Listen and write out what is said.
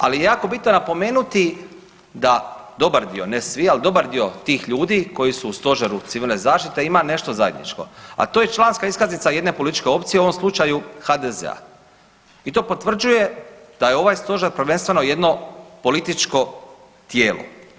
Ali je jako bitno napomenuti da dobar dio, ne svi, ali dobar dio tih ljudi koji su u Stožeru Civilne zaštite ima nešto zajedničko, a to je članska iskaznica jedne političke opcije u ovom slučaju HDZ-a i to potvrđuje da je ovaj Stožer prvenstveno jedno političko tijelo.